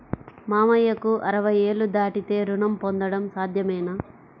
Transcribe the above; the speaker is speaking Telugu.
మామయ్యకు అరవై ఏళ్లు దాటితే రుణం పొందడం సాధ్యమేనా?